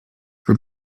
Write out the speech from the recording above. for